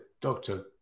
doctor